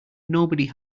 nobody